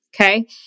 Okay